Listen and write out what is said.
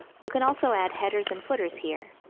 you can also add headers and footers here.